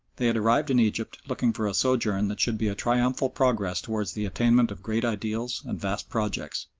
they had arrived in egypt, looking for a sojourn that should be a triumphal progress towards the attainment of great ideals and vast projects.